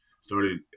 started